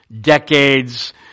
decades